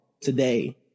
today